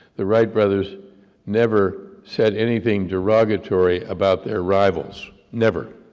the wright brothers never said anything derogatory about their rivals, never,